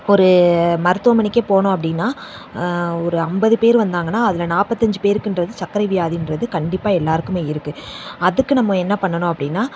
ஒரு மருத்துவமனைக்கே போனோம் அப்படின்னா ஒரு ஐம்பது பேர் வந்தாங்கன்னால் அதில் நாற்பத்தஞ்சி பேருக்குகிறது சர்க்கரை வியாதிகிறது கண்டிப்பாக எல்லாேருக்குமே இருக்குது அதுக்கு நம்ம என்ன பண்ணணும் அப்படின்னா